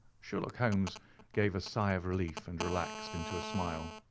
sherlock holmes gave a sigh of relief, and relaxed into a smile.